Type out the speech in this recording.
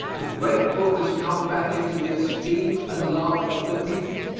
the great book has come back into the esteem and love of the people,